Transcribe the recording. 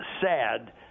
sad